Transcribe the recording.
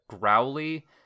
growly